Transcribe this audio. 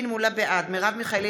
בעד מרב מיכאלי,